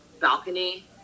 balcony